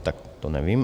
Tak to nevím.